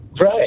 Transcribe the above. Right